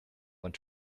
want